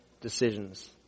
decisions